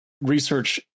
research